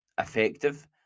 effective